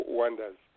wonders